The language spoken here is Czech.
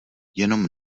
jenom